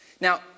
Now